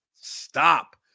Stop